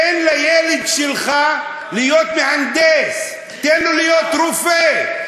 תן לילד שלך להיות מהנדס, תן לו להיות רופא.